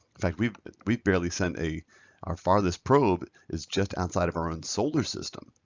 in fact, we've we've barely sent a our farthest probe is just outside of our own solar system.